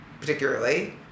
particularly